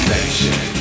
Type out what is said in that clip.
Nation